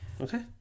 okay